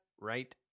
right